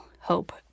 hope